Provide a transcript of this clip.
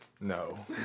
No